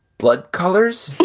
blood colors.